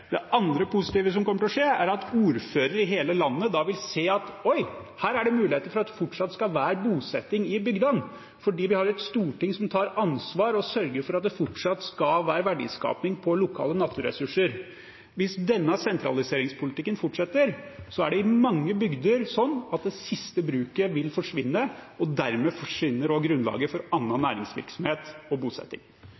Det andre positive som kommer til å skje, er at ordførere i hele landet vil se at oi, her er det muligheter for at det fortsatt skal være bosetting i bygdene, fordi vi har et storting som tar ansvar og sørger for at det fortsatt skal være verdiskaping på lokale naturressurser. Hvis denne sentraliseringspolitikken fortsetter, er det i mange bygder sånn at det siste bruket vil forsvinne, og dermed forsvinner også grunnlaget for